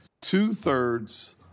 two-thirds